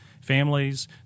families